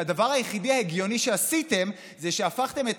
שהדבר היחידי ההגיוני שעשיתם זה שהפכתם את